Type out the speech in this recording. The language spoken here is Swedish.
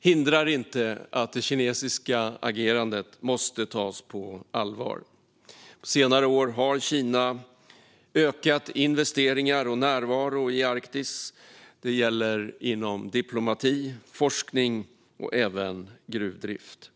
hindrar inte att det kinesiska agerandet måste tas på allvar. På senare år har Kina ökat investeringar och närvaro i Arktis inom diplomati, forskning och även gruvdrift.